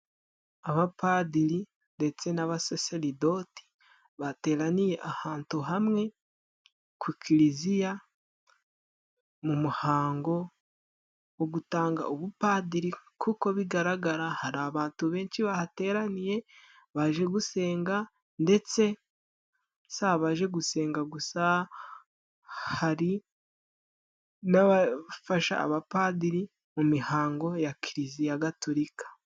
Abapadiri ndetse n'abasaserdoti bateraniye ahantu hamwe ku kiliziya, mu muhango wo gutanga ubupadiri. Kuko bigaragara, hari abantu benshi bahateraniye baje gusenga, ndetse si abaje gusenga gusa. Hari n'abafasha abapadiri mu mihango ya Kiliziya Gatulika.